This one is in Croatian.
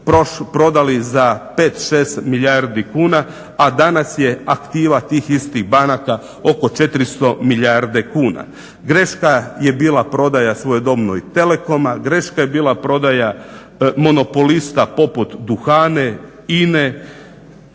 prodali za 5, 6 milijardi kuna, a danas je aktiva tih istih banaka oko 400 milijardi kuna. Greška je bila prodaja svojedobno i Telekoma, greška je bila prodaja monopolista poput DUHAN, INA-e.